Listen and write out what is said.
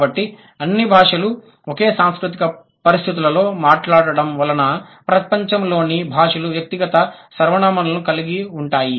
కాబట్టి అన్ని భాషలు ఒకే సాంస్కృతిక పరిస్థితులలో మాట్లాడటం వలన ప్రపంచంలోని భాషలు వ్యక్తిగత సర్వనామాలను కలిగిఉంటాయి